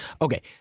Okay